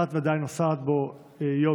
ואת ודאי נוסעת בו יום-יום,